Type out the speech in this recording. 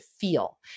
feel